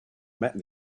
met